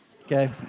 Okay